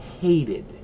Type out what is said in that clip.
hated